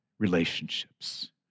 relationships